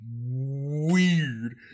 weird